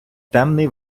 темний